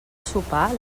sopar